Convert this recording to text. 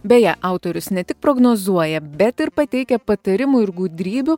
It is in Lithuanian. beje autorius ne tik prognozuoja bet ir pateikia patarimų ir gudrybių